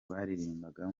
baririmbaga